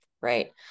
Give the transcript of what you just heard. Right